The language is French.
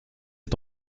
est